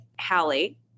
Hallie